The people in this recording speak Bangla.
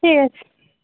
ঠিক আছে